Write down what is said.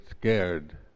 scared